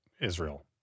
Israel